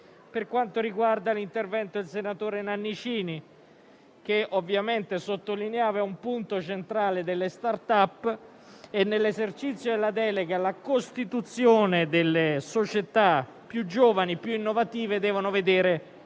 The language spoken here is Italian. per quanto riguarda l'intervento del senatore Nannicini, che ovviamente sottolineava il punto centrale delle *start-up* e che nell'esercizio della delega anche la costituzione delle società più giovani e più innovative deve vedere